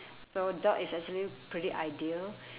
so dog is actually pretty ideal